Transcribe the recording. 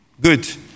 good